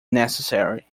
necessary